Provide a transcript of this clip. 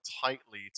tightly